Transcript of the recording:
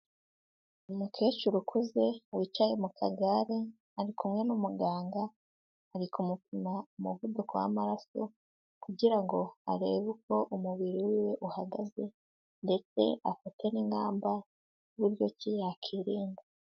Umukecuru ukuze wicaye mu kagare, ari kumwe n'umuganga ari kumupima umuvuduko w'amaraso kugira ngo arebe uko umubiri wiwe uhagaze ndetse afate n'ingamba uburyo ki yakwirinda.